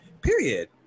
Period